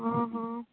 ହଁ ହଁ